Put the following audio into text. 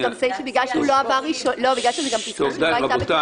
בגלל שסעיף זה לא עבר בקריאה ראשונה אז זה בכל מקרה לא רלוונטי.